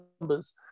numbers